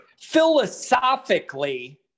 Philosophically